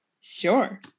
Sure